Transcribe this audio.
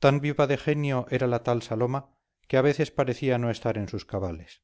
tan viva de genio era la tal saloma que a veces parecía no estar en sus cabales